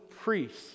priests